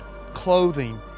clothing